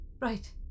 Right